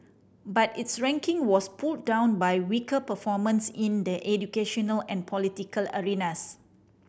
but its ranking was pulled down by weaker performance in the educational and political arenas